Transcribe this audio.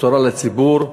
בשורה לציבור,